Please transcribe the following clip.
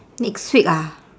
next week ah